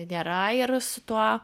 nėra ir su tuo